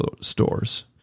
stores